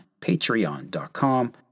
patreon.com